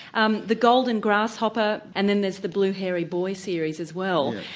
um the golden grasshopper and then there's the blue hairy boy series as well.